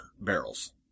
barrels